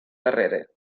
darrere